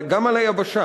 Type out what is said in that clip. גם על היבשה.